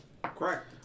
Correct